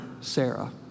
Sarah